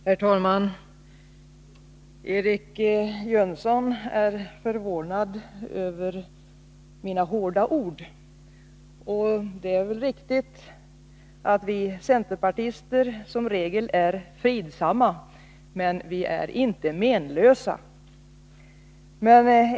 Herr talman! Eric Jönsson är förvånad över mina hårda ord. Det är väl riktigt att vi centerpartister som regel är fridsamma, men vi är inte menlösa.